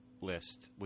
list